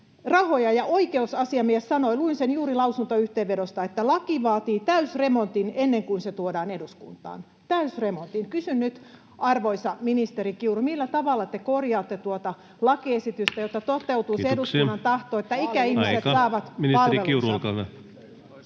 rahoja. Ja oikeusasiamies sanoi, luin sen juuri lausuntoyhteenvedosta, että laki vaatii täysremontin ennen kuin se tuodaan eduskuntaan — täysremontin. Kysyn nyt, arvoisa ministeri Kiuru: millä tavalla te korjaatte tuota lakiesitystä, jotta toteutuu se eduskunnan tahto, että ikäihmiset saavat [Puhemies: